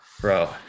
bro